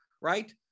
Right